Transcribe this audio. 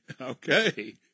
okay